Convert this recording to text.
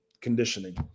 conditioning